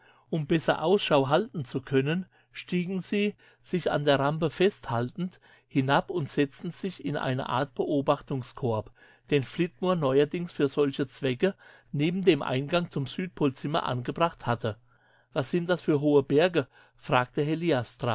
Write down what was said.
um besser ausschau halten zu können stiegen sie sich an der rampe festhaltend hinab und setzten sich in eine art beobachtungskorb den flitmore neuerdings für solche zwecke neben dem eingang zum südpolzimmer angebracht hatte was sind das für hohe berge fragte